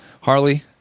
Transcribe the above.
Harley